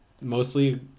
mostly